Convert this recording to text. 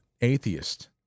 atheist